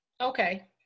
Okay